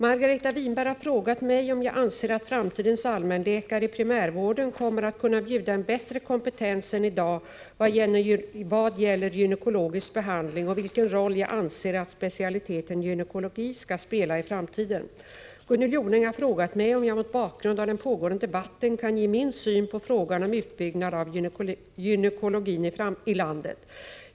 Margareta Winberg har frågat mig om jag anser att framtidens allmänläkare i primärvården kommer att kunna bjuda en bättre kompetens än i dag vad gäller gynekologisk behandling och vilken roll jag anser att specialiteten gynekologi skall spela i framtiden. Gunnel Jonäng har frågat mig om jag mot bakgrund av den pågående debatten kan ge min syn på frågan om utbyggnad av gynekologin i landet.